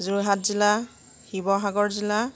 যোৰহাট জিলা শিৱসাগৰ জিলা